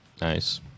Nice